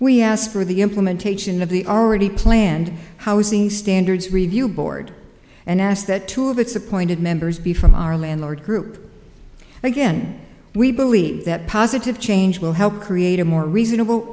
we ask for the implementation of the already planned housing standards review board and asked that two of its appointed members be from our landlord group again we believe that positive change will help create a more reasonable